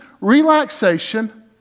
relaxation